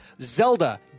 Zelda